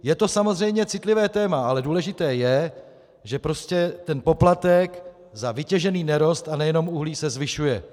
Je to samozřejmě citlivé téma, ale důležité je, že poplatek za vytěžený nerost, a nejenom uhlí, se zvyšuje.